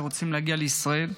שרוצים להגיע לישראל.